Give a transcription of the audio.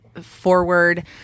forward